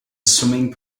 swimming